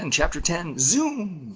and chapter ten zoom.